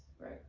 right